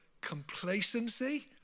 complacency